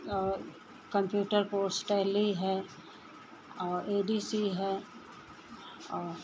और computer course Tally है और ए डी सी है और